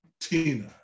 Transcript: Tina